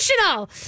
emotional